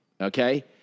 Okay